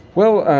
well,